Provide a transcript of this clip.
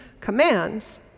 commands